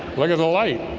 like at the light.